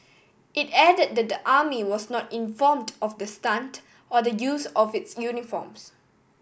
it added that the army was not informed of the stunt or the use of its uniforms